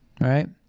right